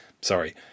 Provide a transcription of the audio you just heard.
Sorry